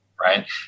right